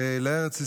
לארץ ישראל,